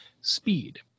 speed